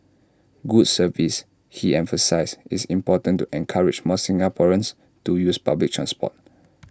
good service he emphasised is important to encourage more Singaporeans to use public transport